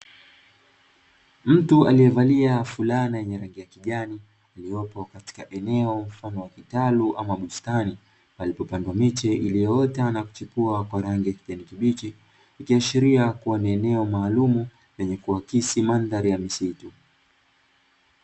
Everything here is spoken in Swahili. Mtu aliyevalia fulana yenye rangi ya kijani, iliopo katika eneo mfano wa kitalu ama bustani palipo pandwa miche iliota na kuchipua kwa rangi ya kijani kibichi, ikiashiria kuwa ni eneo maalumu lenye kuakisi mandhari ya misitu.